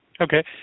Okay